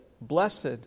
Blessed